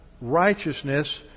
righteousness